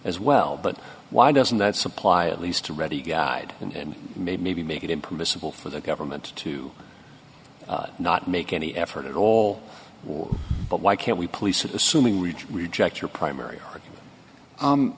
as well but why doesn't that supply at least a ready guide and maybe maybe make it in permissible for the government to not make any effort at all but why can't we police assuming reach reject your primary